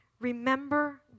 remember